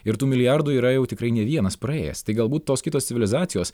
ir tų milijardų yra jau tikrai ne vienas praėjęs tai galbūt tos kitos civilizacijos